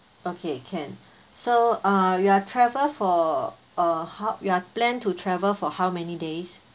okay can so uh you are travel for uh how you are planned to travel for how many days